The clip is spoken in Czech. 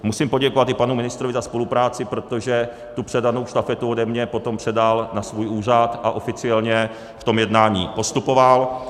Musím poděkovat i panu ministrovi za spolupráci, protože tu předanou štafetu ode mě potom předal na svůj úřad a oficiálně v tom jednání postupoval.